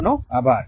આપનો આભાર